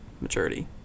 maturity